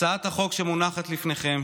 הצעת החוק שמונחת לפניכם